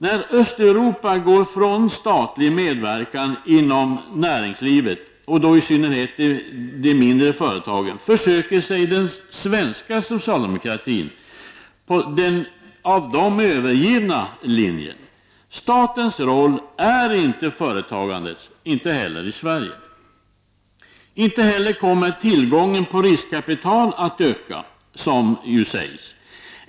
När Östeuropa går ifrån statlig medverkan inom näringslivet — i synnerhet när det gäller de mindre företagen — försöker sig de svenska socialdemokra politiska insatser i terna på Östeuropas nu övergivna linje. Statens roll är inte företagandets, inte heller i Sverige. Tillgången på riskkapital kommer inte heller att öka, som ju sägs.